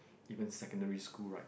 even secondary school right